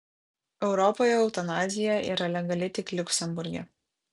europoje eutanazija yra legali tik liuksemburge